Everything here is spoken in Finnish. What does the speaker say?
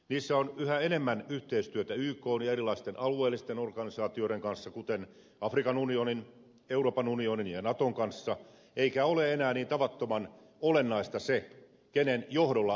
niissä on yhä enemmän yhteistyötä ykn ja erilaisten alueellisten organisaatioiden kanssa kuten afrikan unionin euroopan unionin ja naton kanssa eikä ole enää niin tavattoman olennaista se kenen johdolla rauhanturvaoperaatioihin lähdetään